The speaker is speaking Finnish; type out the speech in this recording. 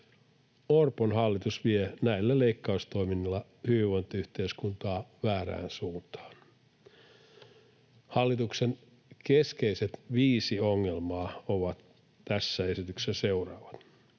Orpon hallitus vie näillä leikkaustoimilla hyvinvointiyhteiskuntaa väärään suuntaan. Hallituksen keskeiset viisi ongelmaa tässä esityksessä ovat seuraavat: